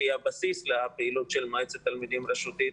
שהיא הבסיס לפעילות של מועצת התלמידים הרשותית,